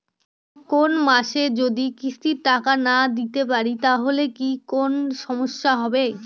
কোনমাসে যদি কিস্তির টাকা না দিতে পারি তাহলে কি কোন সমস্যা হবে?